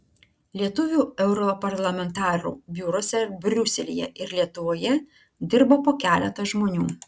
lietuvių europarlamentarų biuruose briuselyje ir lietuvoje dirba po keletą žmonių